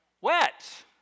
wet